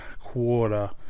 quarter